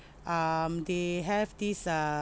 um they have this uh